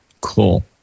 Cool